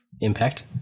Impact